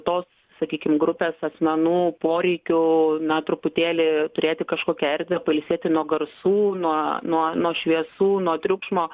tos sakykim grupės asmenų poreikių na truputėlį turėti kažkokią erdvę pailsėti nuo garsų nuo nuo šviesų nuo triukšmo